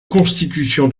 constitution